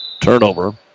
turnover